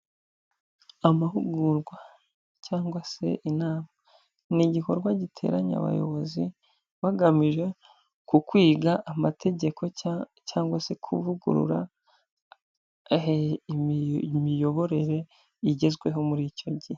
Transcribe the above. Amahugurwa cyangwa se inama ni igikorwa giteranya abayobozi bagamije ku kwiga amategeko cyangwa se kuvugurura imiyoborere igezweho muri icyo gihe.